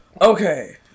Okay